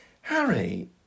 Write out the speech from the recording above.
Harry